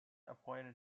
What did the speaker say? appointed